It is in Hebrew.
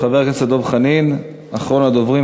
חבר הכנסת דב חנין, אחרון הדוברים,